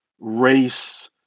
race